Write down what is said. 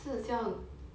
是是要